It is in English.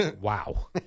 Wow